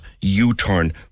U-turn